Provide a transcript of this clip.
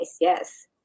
yes